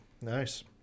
Nice